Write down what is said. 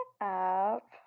up